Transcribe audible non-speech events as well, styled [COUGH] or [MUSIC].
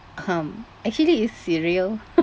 hmm actually it's cereal [LAUGHS]